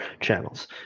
channels